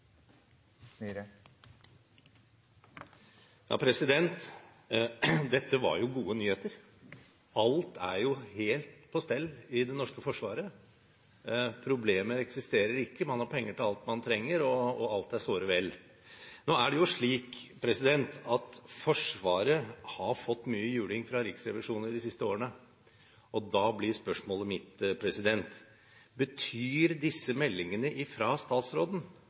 helt på stell i det norske forsvaret. Problemer eksisterer ikke, man har penger til alt man trenger, og alt er såre vel. Nå er det jo slik at Forsvaret har fått mye juling fra Riksrevisjonen de siste årene, og da blir spørsmålet mitt: Betyr disse meldingene fra statsråden